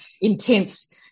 intense